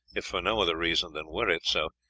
if for no other reason than, were it so,